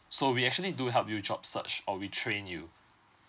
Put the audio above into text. so we actually do help you job search or we train you